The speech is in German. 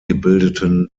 gebildeten